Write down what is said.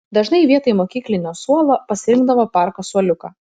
dažnai vietoj mokyklinio suolo pasirinkdavo parko suoliuką